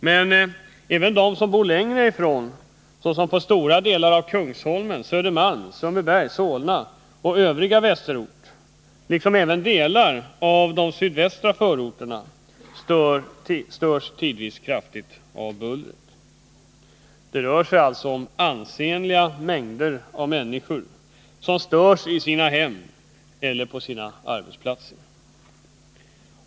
Men även de som bor längre ifrån, såsom på stora delar av Kungsholmen, Södermalm, Sundbyberg, Solna och övriga västerorter liksom även delar av sydvästra förorterna, störs tidvis kraftigt av bullret. Det rör sig alltså om ansenliga mängder av människor som störs i sina hem eller på sina arbetsplatser.